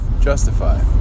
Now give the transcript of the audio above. justify